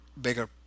bigger